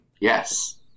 Yes